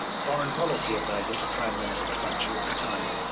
foreign policy advisor to prime minister thatcher at the time,